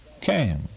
Came